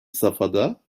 safhada